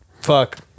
fuck